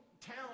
town